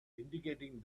indicating